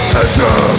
enter